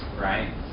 right